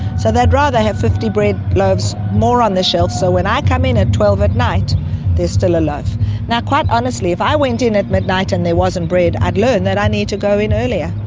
so they'd rather have fifty bread loaves more on the shelf, so when i come in at twelve at night there is still a loaf. now, quite honestly, if i went in at midnight and there wasn't bread i'd learn that i need to go in earlier.